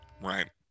right